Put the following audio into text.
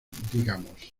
digamos